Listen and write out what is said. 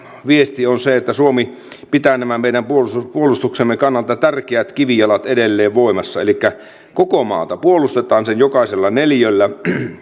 viesti on se että suomi pitää nämä meidän puolustuksemme puolustuksemme kannalta tärkeät kivijalat edelleen voimassa koko maata puolustetaan sen jokaisella neliöllä